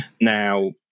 Now